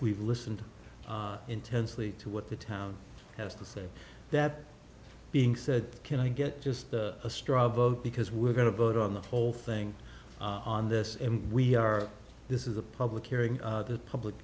we've listened intensely to what the town has to say that being said can i get just a straw vote because we're going to vote on the whole thing on this and we are this is a public hearing the public